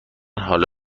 حالا